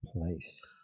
place